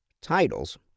titles